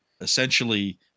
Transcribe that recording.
essentially